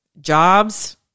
Jobs